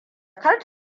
kar